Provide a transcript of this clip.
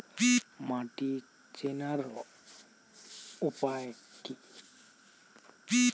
মাটি চেনার উপায় কি?